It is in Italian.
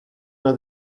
una